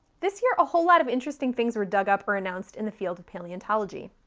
this year a whole lot of interesting things were dug up or announced in the field of paleontology.